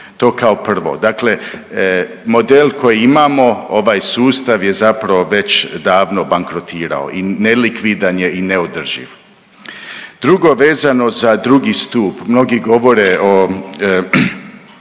to kao prvo. Dakle, model koji imamo ovaj sustav je zapravo već davno bankrotirao i nelikvidan je i neodrživ. Drugo, vezano za drugi stup, mnogi govore o